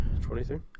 23